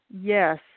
yes